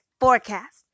forecast